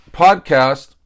podcast